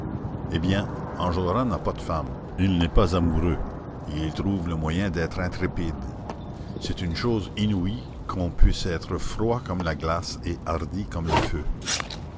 eh bien enjolras n'a pas de femme il n'est pas amoureux et il trouve le moyen d'être intrépide c'est une chose inouïe qu'on puisse être froid comme la glace et hardi comme le feu